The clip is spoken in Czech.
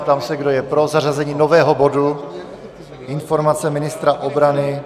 Ptám se, kdo je pro zařazení nového bodu informace ministra obrany.